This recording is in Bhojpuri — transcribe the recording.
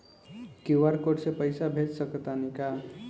क्यू.आर कोड से पईसा भेज सक तानी का?